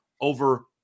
over